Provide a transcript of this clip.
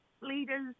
leaders